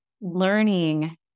learning